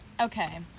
Okay